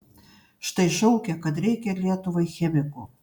štai šaukia kad reikia lietuvai chemikų